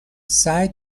سعی